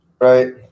right